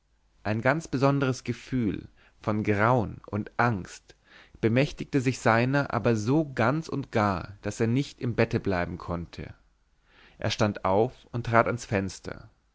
ein ganz besonderes gefühl von grauen und angst bemächtigte sich seiner aber so ganz und gar daß er nicht im bette bleiben konnte er stand auf und trat ans fenster